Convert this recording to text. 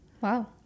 wow